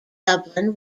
dublin